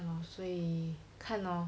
所以看 lor